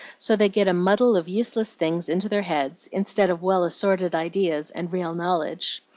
so they get a muddle of useless things into their heads, instead of well-assorted ideas and real knowledge.